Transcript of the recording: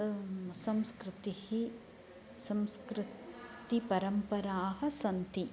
संस्कृतिः संस्कृतिपरम्पराः सन्ति